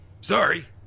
Sorry